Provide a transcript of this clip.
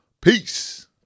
Peace